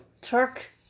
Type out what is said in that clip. Turk